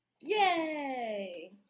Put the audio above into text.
Yay